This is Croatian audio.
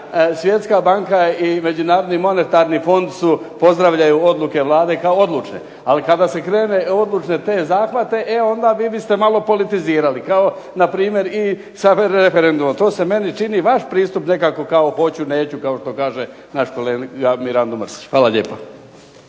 Svjetska banka i Međunarodni monetarni fond pozdravljaju odluke Vlade kao odlučne. Ali kada se krene u odlučne te zahtjeve, e onda vi biste malo politizirali kao na primjer i sa referendumom. To se meni čini vaš pristup nekako kao hoću, neću kao što kaže naš kolega Mirando Mrsić. Hvala lijepa.